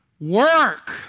work